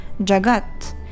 jagat